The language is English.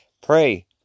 pray